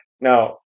now